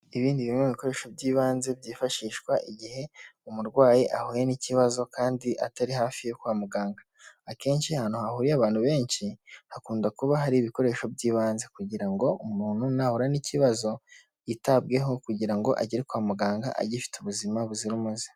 Ibi ni bimwe mu bikoresho by'ibanze, byifashishwa igihe umurwayi ahuye n'ikibazo kandi atari hafi yo kwa muganga, akenshi ahantu hahuriye abantu benshi hakunda kuba hari ibikoresho by'ibanze, kugira ngo umuntu nahura n'ikibazo yitabweho kugira ngo agere kwa muganga agifite ubuzima buzira umuze.